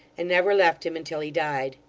and never left him until he died.